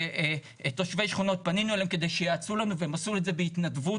אנחנו תושבי שכונות פנינו אליהם כדי שייעצו לנו והם עשו את זה בהתנדבות,